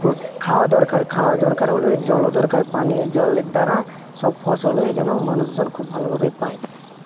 খাওয়া দরকার খাওয়া দরকার হলে জলও দরকার পানীয় জলের দ্বারা সব ফসল হয়ে যেন মানুষজন খুব ভালোভাবে পায়